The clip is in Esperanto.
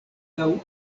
laŭ